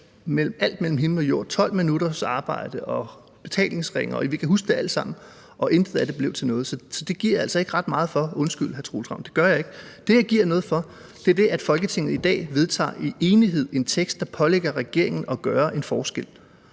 mellem himmel og jord, 12 minutters arbejde, betalingsringe, og vi kan huske det alt sammen, og intet af det blev til noget. Så det giver jeg altså ikke ret meget for; undskyld, hr. Troels Ravn, det gør jeg ikke. Det, som jeg giver noget for, er det, at Folketinget i dag i enighed vedtager en tekst, der pålægger regeringen at gøre en forskel.